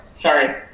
Sorry